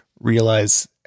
realize